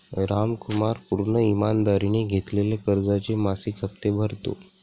रामकुमार पूर्ण ईमानदारीने घेतलेल्या कर्जाचे मासिक हप्ते भरतो